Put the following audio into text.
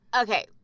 okay